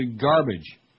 garbage